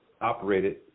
operated